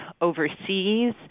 overseas